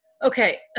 Okay